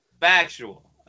Factual